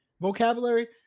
vocabulary